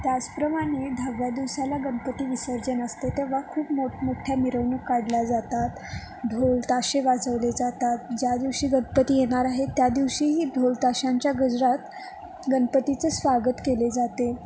त्याचप्रमाणे दहाव्या दिवसाला गणपती विसर्जन असते तेव्हा खूप मोठमोठ्या मिरवणूक काढल्या जातात ढोल ताशे वाजवले जातात ज्या दिवशी गणपती येणार आहेत त्या दिवशीही ढोल ताशांच्या गजरात गणपतीचं स्वागत केले जाते